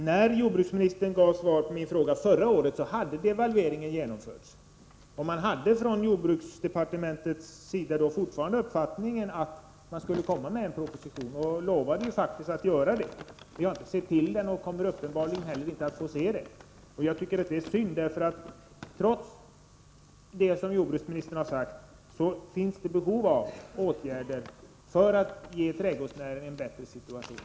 När jordbruksministern gav sitt svar på min fråga förra året hade devalveringen genomförts, men man hade från jordbruksdepartementets sida fortfarande uppfattningen att man skulle komma med en proposition. Jordbruksministern lovade faktiskt att göra det. Vi har inte sett till den propositionen, och vi kommer uppenbarligen inte heller att få se någon. Det är synd, för trots det som jordbruksministern har sagt finns det behov av åtgärder för att ge trädgårdsnäringen en bättre situation.